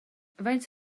faint